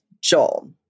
Joel